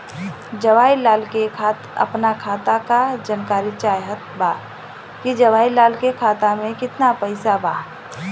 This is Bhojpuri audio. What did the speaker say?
जवाहिर लाल के अपना खाता का जानकारी चाहत बा की जवाहिर लाल के खाता में कितना पैसा बा?